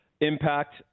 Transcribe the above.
impact